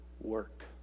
work